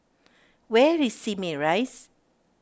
where is Simei Rise